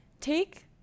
take